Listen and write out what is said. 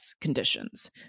conditions